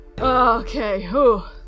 Okay